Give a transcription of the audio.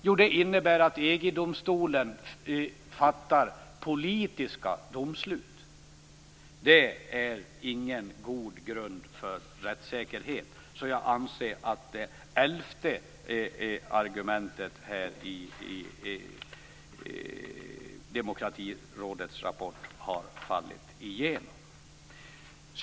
Jo, det innebär att EG-domstolen fattar politiska domslut. Det är ingen god grund för rättssäkerhet. Jag anser därför att det elfte argumentet i Demokratirådets rapport har fallit igenom.